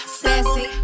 sassy